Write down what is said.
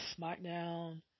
SmackDown